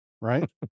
right